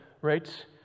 right